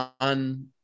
on